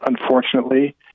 unfortunately